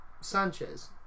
Sanchez